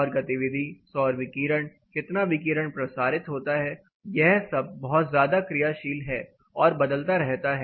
सौर गतिविधि सौर विकिरण कितना विकिरण प्रसारित होता है यह सब बहुत ज्यादा क्रियाशील है और बदलता रहता है